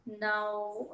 Now